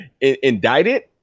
indicted